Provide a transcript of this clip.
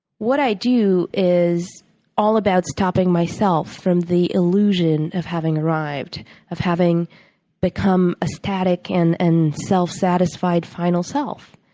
what i do is is all about stopping myself from the illusion of having arrived of having become a static and and self satisfied final self.